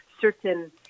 certain